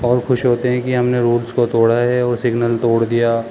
اور خوش ہوتے ہیں کہ ہم نے رولس کو توڑا ہے اور سگنل توڑ دیا